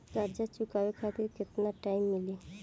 कर्जा चुकावे खातिर केतना टाइम मिली?